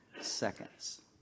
seconds